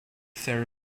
very